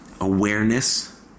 Awareness